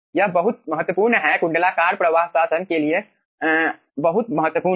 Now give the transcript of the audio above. यह बहुत महत्वपूर्ण है कुंडलाकार प्रवाह शासन के लिए बहुत महत्वपूर्ण है